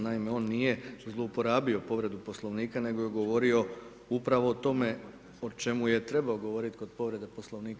Naime, on nije zlouporabio povredu Poslovnika nego je govorio upravo o tome o čemu je trebao govoriti kod povrede Poslovnika.